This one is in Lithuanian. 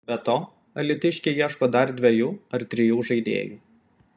be to alytiškiai ieško dar dviejų ar trijų žaidėjų